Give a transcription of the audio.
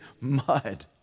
mud